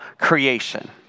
creation